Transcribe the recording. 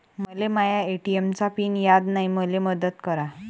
मले माया ए.टी.एम चा पिन याद नायी, मले मदत करा